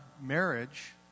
marriage